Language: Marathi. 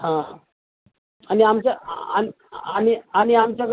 हा आणि आमच्या आ आणि आणि आमच्या